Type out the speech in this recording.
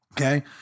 Okay